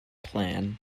plan